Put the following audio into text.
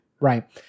Right